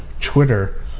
Twitter